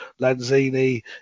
Lanzini